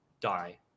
die